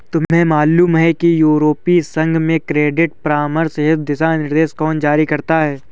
तुम्हें मालूम है कि यूरोपीय संघ में क्रेडिट परामर्श हेतु दिशानिर्देश कौन जारी करता है?